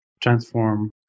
transform